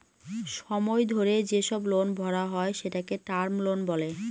সময় ধরে যেসব লোন ভরা হয় সেটাকে টার্ম লোন বলে